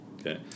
Okay